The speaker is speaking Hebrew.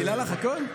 הוא גילה לך הכול?